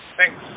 Thanks